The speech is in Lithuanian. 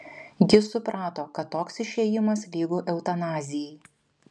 jis suprato kad toks išėjimas lygu eutanazijai